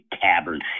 cavern